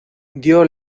dio